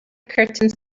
curtains